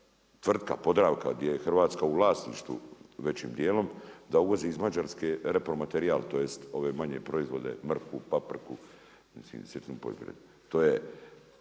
tvrtka Podravka gdje je Hrvatska u vlasništvu većim dijelom da uvozi iz Mađarske repromaterijal, tj. ove manje proizvode mrkvu, papriku … to je